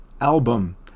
album